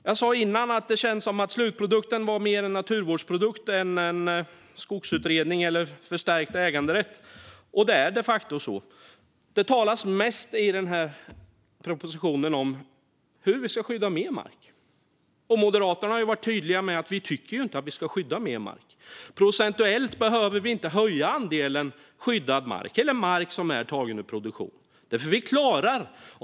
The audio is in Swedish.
Jag sa tidigare att det känns som att slutprodukten är mer av en naturvårdsprodukt än en skogsutredning eller en skrivelse om förstärkt äganderätt. Och det är de facto så. Det talas i propositionen mest om hur vi ska skydda mer mark. Moderaterna har varit tydliga med att vi inte tycker att vi ska skydda mer mark. Procentuellt behöver vi inte öka andelen skyddad mark eller mark som är tagen ur produktion, för vi klarar det ändå.